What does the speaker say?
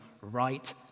right